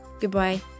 Goodbye